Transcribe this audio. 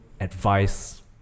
advice